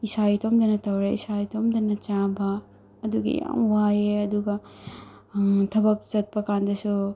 ꯏꯁꯥ ꯏꯇꯣꯝꯇꯅ ꯇꯧꯔꯦ ꯏꯁꯥ ꯏꯇꯣꯝꯇꯅ ꯆꯥꯕ ꯑꯗꯨꯒꯤ ꯌꯥꯝ ꯋꯥꯏꯑꯦ ꯑꯗꯨꯒ ꯊꯕꯛ ꯆꯠꯄ ꯀꯥꯟꯗꯁꯨ